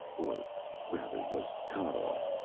or rather, was cut off.